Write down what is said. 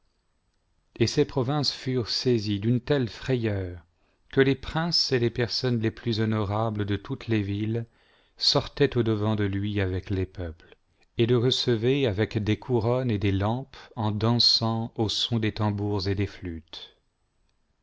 et ces provinces furent saisies d'une telle frayeur que les princes et les personnes ies plus honorables de toutes les villes sortaient au-devant de lui avec les peuples et le recevaient avec des cou nous coimne u paraîtra bon à tes